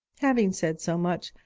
having said so much,